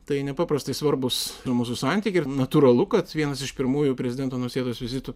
tai nepaprastai svarbūs mūsų santykiai ir natūralu kad vienas iš pirmųjų prezidento nausėdos vizitų